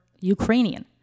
Ukrainian